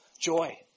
joy